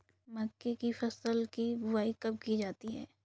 मक्के की फसल की बुआई कब की जाती है?